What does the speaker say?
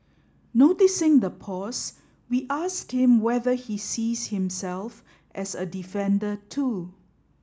noticing the pause we asked him whether he sees himself as a defender too